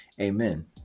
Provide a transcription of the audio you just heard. Amen